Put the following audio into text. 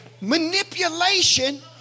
Manipulation